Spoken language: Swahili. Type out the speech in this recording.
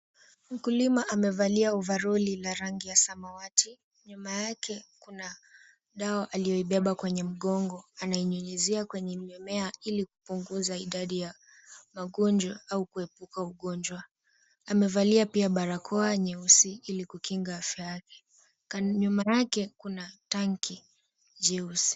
Mkulima amevalia ovaroli la rangi ya samawati. Nyuma yake kuna dawa aliyoibeba kwenye mgongo. Anainyunyuzia kwenye mimea ili kupunguza idadi ya magonjwa au kuepuka ugonjwa. Amevalia pia barakoa nyeusi ili kukinga afya yake. Nyuma yake kuna tanki jeusi.